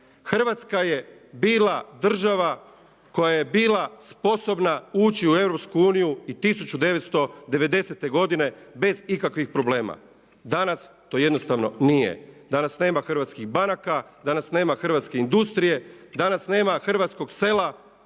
Hrvatska je bila država koja je bila sposobna uči u EU i 1990. godine bez ikakvih problema. Danas to jednostavno nije, danas nema hrvatskih banaka, danas nema hrvatske industrije, danas nema hrvatskog sela